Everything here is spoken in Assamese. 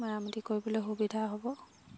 মেৰামতি কৰিবলৈ সুবিধা হ'ব